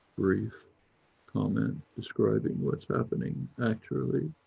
brief comment describing what's happening, actually,